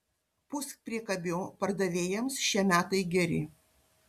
puspriekabių pardavėjams šie metai geri